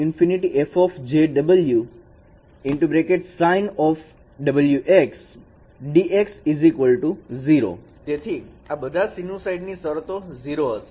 ઉદાહરણ તરીકે ∫∞−∞ fˆjωsinωxdx 0 તેથી બધી સીનુસાઈ શરતો 0 હશે